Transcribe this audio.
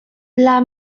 dla